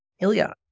Ilya